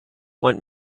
want